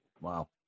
Wow